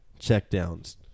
Checkdowns